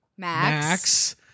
Max